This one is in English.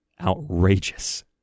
outrageous